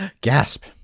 gasp